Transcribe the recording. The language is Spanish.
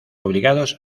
obligados